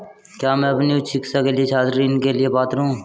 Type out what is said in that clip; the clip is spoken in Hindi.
क्या मैं अपनी उच्च शिक्षा के लिए छात्र ऋण के लिए पात्र हूँ?